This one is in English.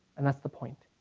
and that's the point.